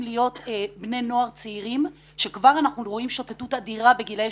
להיות בני נוער צעירים שכבר אנחנו רואים שוטטות אדירה בגילאי